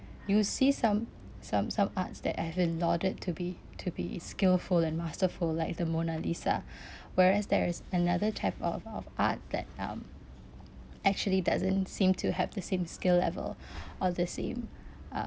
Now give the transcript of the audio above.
you see some some some arts that have been lauded to be to be skilful and masterful like the mona lisa whereas there's another type of of art that um actually doesn't seem to have the same skill level or the same uh